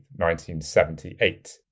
1978